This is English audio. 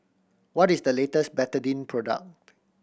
what is the latest Betadine product